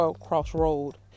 crossroad